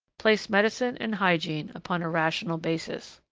place medicine and hygiene upon a rational basis.